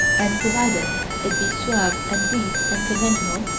and provided it be suave and brief and conventional,